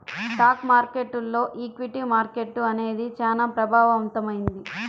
stock మార్కెట్టులో equity market అనేది చానా ప్రభావవంతమైంది